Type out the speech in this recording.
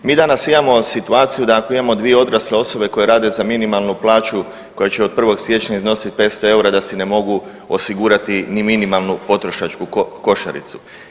Mi danas imamo situaciju da ako imamo dvije odrasle osobe koje rade za minimalnu plaću koja će od 1. siječnja iznosit 500 EUR-a da si ne mogu osigurati ni minimalnu potrošačku košaricu.